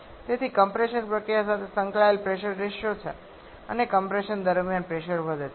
તેથી કમ્પ્રેશન પ્રક્રિયા સાથે સંકળાયેલ પ્રેશર રેશિયો છે અને કમ્પ્રેશન દરમિયાન પ્રેશર વધે છે